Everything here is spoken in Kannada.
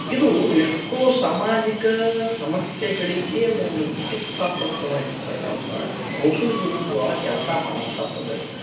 ಇದು ಎಷ್ಟೋ ಸಾಮಾಜಿಕ ಸಮಸ್ಯೆಗಳಿಗೆ ಒಂದು ಚಿಕಿತ್ಸಾತ್ಮಕವಾಗಿರ್ತಕ್ಕಂಥ ಔಷಧದ ರೂಪದೊಳಗೆ ಕೆಲಸ ಮಾಡುವಂಥ ಪದ್ಧತಿ ಆಗ್ಯದ